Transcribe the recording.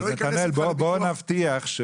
אז נתנאל בוא נבטיח, בואו נבטיח